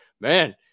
man